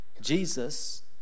Jesus